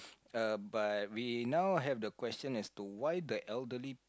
uh but we now have the question is to why the elderly